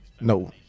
No